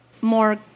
More